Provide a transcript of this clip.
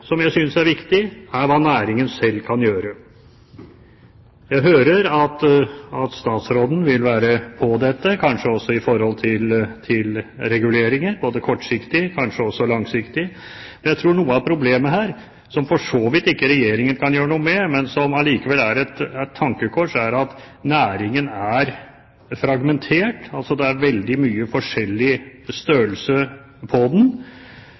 som jeg synes er viktig, er hva næringen selv kan gjøre. Jeg hører at statsråden vil være med på dette, kanskje i tilknytning til reguleringer, både kortsiktig og kanskje også langsiktig. Jeg tror noe av problemet her, som Regjeringen for så vidt ikke kan gjøre noe med, men som allikevel er et tankekors, er at næringen er fragmentert. Det er altså veldig store forskjeller når det gjelder størrelsen på